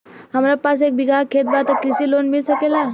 हमरा पास एक बिगहा खेत बा त कृषि लोन मिल सकेला?